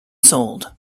sold